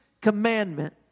commandment